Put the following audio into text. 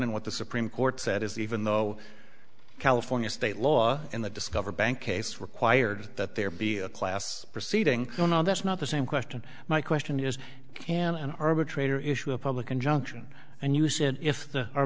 and what the supreme court said is even though california state law in the discover bank case required that there be a class proceeding oh no that's not the same question my question is can an arbitrator issue a public injunction and you said if